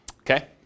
Okay